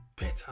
better